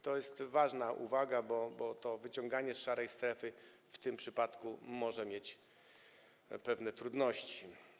To jest ważna uwaga, bo z wyciąganiem z szarej strefy w tym przypadku mogą być pewne trudności.